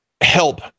help